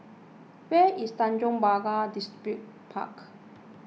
where is Tanjong Pagar Distripark